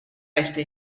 resta